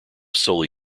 solely